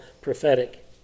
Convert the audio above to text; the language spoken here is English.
prophetic